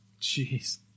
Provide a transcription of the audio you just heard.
Jeez